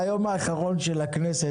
ביום האחרון של הכנסת,